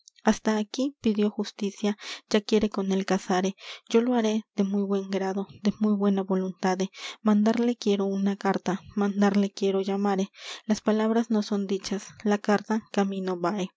hasta aquí pidió justicia ya quiere con él casare yo lo haré de muy buen grado de muy buena voluntade mandarle quiero una carta mandarle quiero llamare las palabras no son dichas la carta camino vae